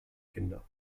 kinder